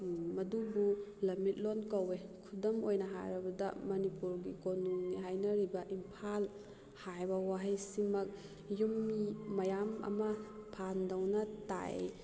ꯃꯗꯨꯕꯨ ꯂꯝꯃꯤꯠꯂꯣꯟ ꯀꯧꯏ ꯈꯨꯗꯝ ꯑꯣꯏꯅ ꯍꯥꯏꯔꯕꯗ ꯃꯅꯤꯄꯨꯔꯒꯤ ꯀꯣꯅꯨꯡꯅꯤ ꯍꯥꯏꯅꯔꯤꯕ ꯏꯝꯐꯥꯜ ꯍꯥꯏꯕ ꯋꯥꯍꯩꯁꯤꯃꯛ ꯌꯨꯝ ꯃꯤ ꯃꯌꯥꯝ ꯑꯃ ꯐꯥꯟꯇꯧꯅ ꯇꯥꯏ